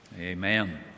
Amen